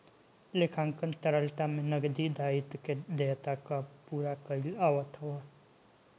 लेखांकन तरलता में नगदी दायित्व के देयता कअ पूरा कईल आवत हवे